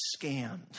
scammed